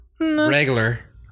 Regular